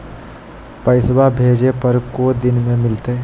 पैसवा भेजे पर को दिन मे मिलतय?